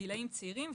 גילים צעירים,